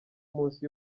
munsi